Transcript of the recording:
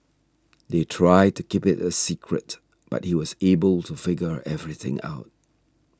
they tried to keep it a secret but he was able to figure everything out